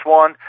one